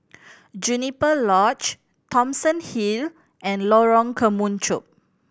Juniper Lodge Thomson Hill and Lorong Kemunchup